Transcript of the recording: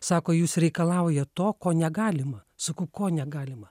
sako jūs reikalaujat to ko negalima sakau ko negalima